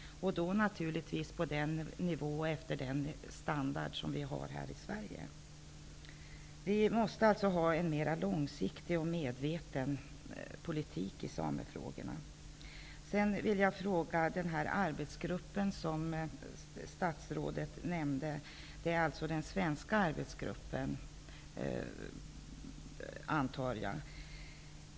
Det skall naturligtvis ske på den nivå och efter den standard som vi har här i Sverige. Vi måste alltså ha en mer långsiktig och medveten politik i samefrågorna. Jag antar att den arbetsgrupp som statsrådet nämnde är den svenska arbetsgruppen.